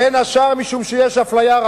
בין השאר משום שיש אפליה.